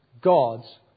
God's